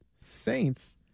Saints